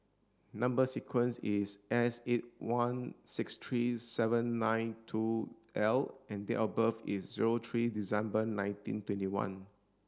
number sequence is S eight one six three seven nine two L and date of birth is zero three December nineteen twenty one